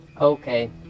Okay